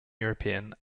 european